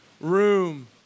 room